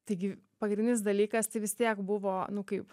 taigi pagrindinis dalykas tai vis tiek buvo nu kaip